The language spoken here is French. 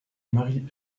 marie